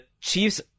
Chiefs